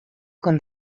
con